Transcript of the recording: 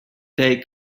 take